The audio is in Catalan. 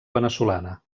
veneçolana